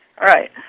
Right